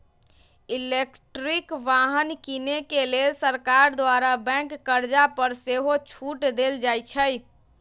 electric वाहन किने के लेल सरकार द्वारा बैंक कर्जा पर सेहो छूट देल जाइ छइ